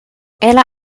ella